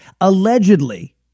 allegedly